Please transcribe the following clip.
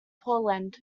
poland